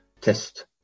test